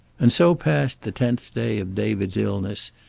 and so passed the tenth day of david's illness,